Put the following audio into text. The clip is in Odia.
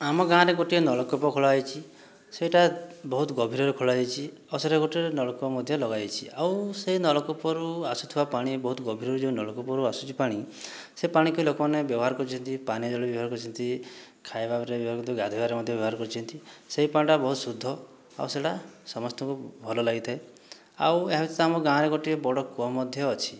ଆମ ଗାଁ ରେ ଗୋଟିଏ ନଳକୂପ ଖୋଳା ହୋଇଛି ସେଇଟା ବହୁତ ଗଭୀରରେ ଖୋଳା ହୋଇଛି ଆଉ ସେଇଟାରେ ଗୋଟିଏ ନଳକୂପ ମଧ୍ୟ ଲଗାଯାଇଛି ଆଉ ସେହି ନଳକୂପରୁ ଆସୁଥିବା ପାଣି ବହୁତ ଗଭୀରରୁ ଯେଉଁ ନଳକୂପରୁ ଆସୁଛି ପାଣି ସେ ପାଣିକି ଲୋକମାନେ ବ୍ୟବହାର କରୁଛନ୍ତି ପାନୀୟ ଜଳ ବ୍ୟବହାର କରୁଛନ୍ତି ଖାଇବାରେ ବ୍ୟବହାର କରୁଛନ୍ତି ଗାଧୋଇବାରେ ମଧ୍ୟ ବ୍ୟବହାର କରୁଛନ୍ତି ସେଇ ପାଣିଟା ବହୁତ ଶୁଦ୍ଧ ଆଉ ସେଇଟା ସମସ୍ତଙ୍କୁ ଭଲ ଲାଗିଥାଏ ଆଉ ଏହା ସହିତ ଆମ ଗାଁ ରେ ଗୋଟିଏ ବଡ଼ କୂଅ ମଧ୍ୟ ଅଛି